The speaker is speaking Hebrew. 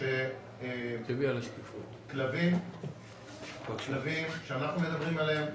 שכלבים שאנחנו מדברים עליהם,